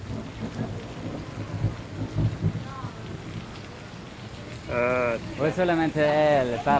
ᱟᱪᱪᱷᱟ ᱪᱷᱟ ᱪᱷᱟ